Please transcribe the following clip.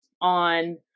on